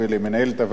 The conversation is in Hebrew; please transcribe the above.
הגברת דורית ואג.